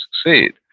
succeed